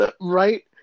Right